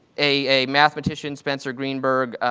a mathematician, spencer greenberg,